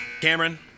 Cameron